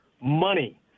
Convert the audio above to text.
money